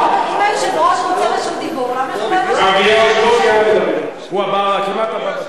אם היושב-ראש רוצה רשות דיבור, למה שלא, מייד